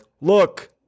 Look